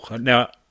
now